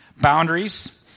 Boundaries